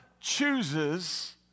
chooses